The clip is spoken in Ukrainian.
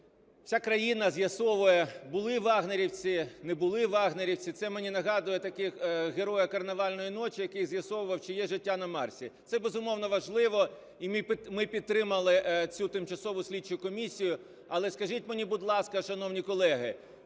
Вся країна з'ясовує, були "вагнерівці", не були "вагнерівці". Це мені нагадує такого героя "Карнавальної ночі", який з'ясовував, чи є життя на Марсі. Це, безумовно важливо, і ми підтримали цю тимчасову слідчу комісію. Але скажіть мені, будь ласка, шановні колеги,